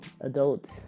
adults